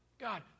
God